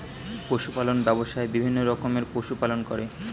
পশু পালন ব্যবসায়ে বিভিন্ন রকমের পশু পালন করে